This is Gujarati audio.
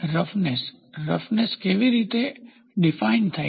રફનેસ રફનેસ કેવી રીતે ડીફાઇન્ડથાય છે